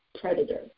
predator